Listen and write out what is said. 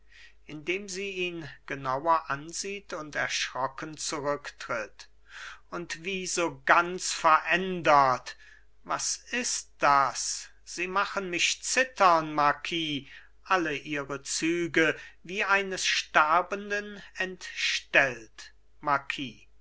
indem sie ihn genauer ansieht und erschrocken zurücktritt und wie so ganz verändert was ist das sie machen mich zittern marquis alle ihre züge wie eines sterbenden entstellt marquis